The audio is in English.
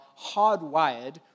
hardwired